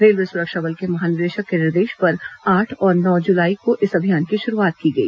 railway सुरक्षा बल के महानिदेशक के निर्देश पर आठ और नौ जुलाई को इस अभियान की शुरूआत की गई